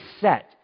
set